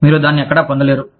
మీరు దానిని ఎక్కడా పొందలేరు